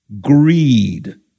greed